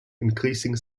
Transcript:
increasing